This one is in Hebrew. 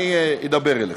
אני אדבר אליך.